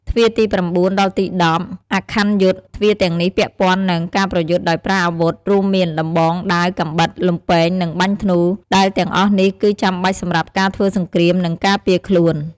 ទ្វារទី៩ ដល់ទី១០ អាខ័នយុទ្ធ ទ្វារទាំងនេះពាក់ព័ន្ធនឹង ការប្រយុទ្ធដោយប្រើអាវុធ រួមមាន ដំបង ដាវ កាំបិត លំពែង និងបាញ់ធ្នូ ដែលទាំងអស់នេះគឺចាំបាច់សម្រាប់ការធ្វើសង្គ្រាមនិងការពារខ្លួន។